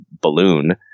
balloon